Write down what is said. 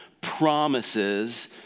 promises